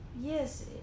yes